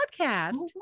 podcast